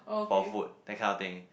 for food that kind of thing